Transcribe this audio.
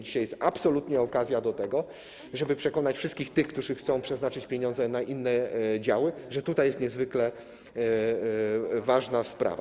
Dzisiaj jest absolutnie okazja do tego, żeby przekonać wszystkich tych, którzy chcą przeznaczyć pieniądze na inne działy, że tutaj jest niezwykle ważna sprawa.